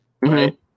right